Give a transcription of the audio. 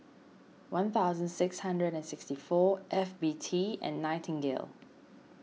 one thousand six hundred and sixty four F B T and Nightingale